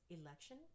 election